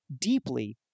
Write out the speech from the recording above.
deeply